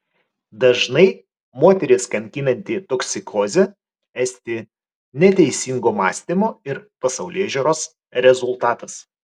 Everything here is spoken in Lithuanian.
dažnai moteris kankinanti toksikozė esti neteisingo mąstymo ir pasaulėžiūros rezultatas